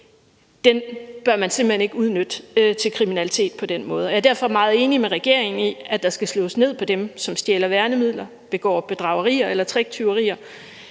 bør man simpelt hen ikke udnytte til kriminalitet på den måde. Jeg er derfor meget enig med regeringen i, at der skal slås ned på dem, som stjæler værnemidler, begår bedragerier eller tricktyverier,